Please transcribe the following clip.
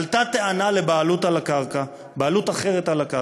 עלתה טענה לבעלות על הקרקע, בעלות אחרת על הקרקע,